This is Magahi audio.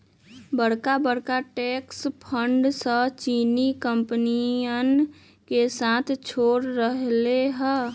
बड़का बड़का ट्रस्ट फंडस चीनी कंपनियन के साथ छोड़ रहले है